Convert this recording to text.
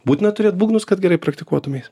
būtina turėt būgnus kad gerai praktikuotumeis